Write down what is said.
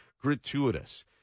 gratuitous